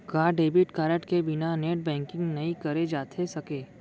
का debit card के बिना नेट बैंकिंग नई करे जाथे सके?